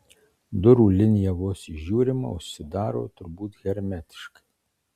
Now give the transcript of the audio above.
durų linija vos įžiūrima užsidaro turbūt hermetiškai